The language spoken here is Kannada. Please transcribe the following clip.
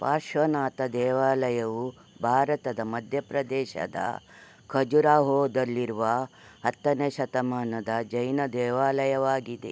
ಪಾರ್ಶ್ವನಾಥ ದೇವಾಲಯವು ಭಾರತದ ಮಧ್ಯ ಪ್ರದೇಶದ ಕಜುರಾಹೋದಲ್ಲಿರುವ ಹತ್ತನೇ ಶತಮಾನದ ಜೈನ ದೇವಾಲಯವಾಗಿದೆ